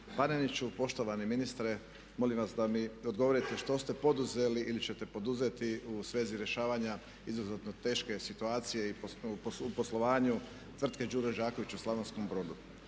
Paneniću. Poštovani ministre, molim vas da mi odgovorite što ste poduzeli ili ćete poduzeti u svezi rješavanja izuzetno teške situacije u poslovanju tvrtke "Đuro Đaković" u Slavonskom Brodu.